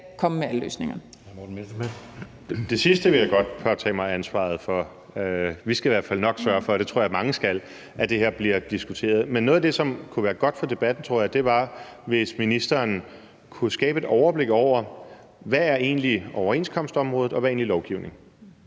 komme med alle løsningerne.